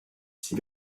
sie